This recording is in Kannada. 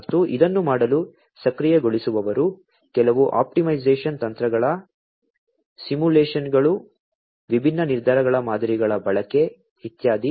ಮತ್ತು ಇದನ್ನು ಮಾಡಲು ಸಕ್ರಿಯಗೊಳಿಸುವವರು ಕೆಲವು ಆಪ್ಟಿಮೈಸೇಶನ್ ತಂತ್ರಗಳ ಸಿಮ್ಯುಲೇಶನ್ಗಳು ವಿಭಿನ್ನ ನಿರ್ಧಾರ ಮಾದರಿಗಳ ಬಳಕೆ ಇತ್ಯಾದಿ